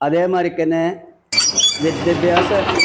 അതേമാതിരിക്ക് തന്നെ വിദ്യാഭ്യാസ